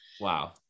Wow